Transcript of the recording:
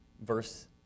verse